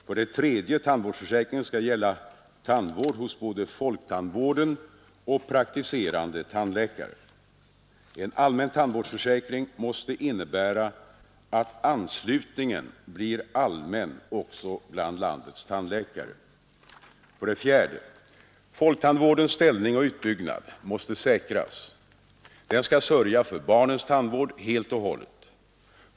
För det tredje: Tandvårdsförsäkringen skall gälla tandvård hos både folktandvården och praktiserande tandläkare. En allmän tandvårdsförsäkring måste innebära att anslutningen blir allmän också bland landets tandläkare. För det fjärde: Folktandvårdens ställning och utbyggnad måste säkras. Den skall sörja för barnens tandvård helt och hållet.